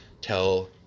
tell